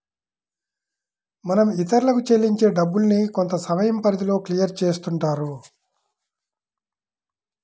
మనం ఇతరులకు చెల్లించే డబ్బుల్ని కొంతసమయం పరిధిలో క్లియర్ చేస్తుంటారు